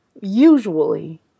usually